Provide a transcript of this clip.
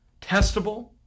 testable